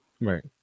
Right